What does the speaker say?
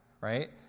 right